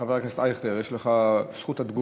חבר הכנסת אייכלר, יש לך זכות התגובה.